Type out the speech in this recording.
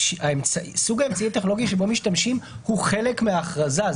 סוג האמצעי הטכנולוגי שבו משתמשים הוא חלק מההכרזה,